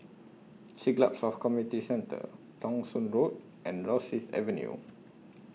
Siglap South Community Centre Thong Soon Road and Rosyth Avenue